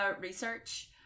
research